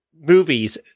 movies –